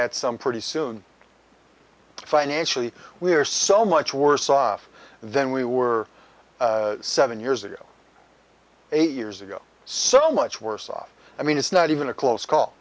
at some pretty soon financially we are so much worse off than we were seven years ago eight years ago so much worse off i mean it's not even a close call